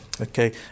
Okay